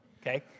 okay